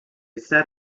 set